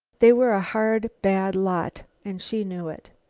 they were a hard, bad lot, and she knew it.